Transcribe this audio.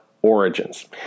origins